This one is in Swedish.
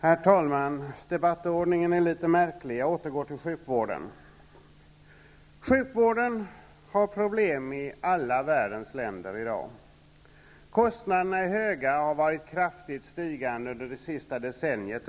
Herr talman! Debattordningen är litet märklig. Jag återgår till sjukvården. Sjukvården har i dag problem i alla världens länder. Kostnaderna är höga och har överallt varit kraftigt stigande under det senastr decenniet.